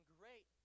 great